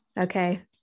Okay